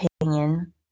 opinion